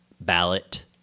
ballot